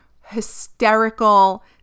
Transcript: hysterical